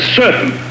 certain